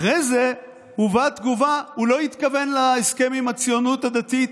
אחרי זה הובאה תגובה: הוא לא התכוון להסכם עם הציונות הדתית,